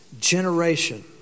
generation